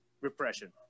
repression